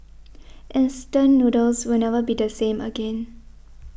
instant noodles will never be the same again